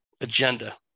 agenda